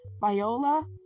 Viola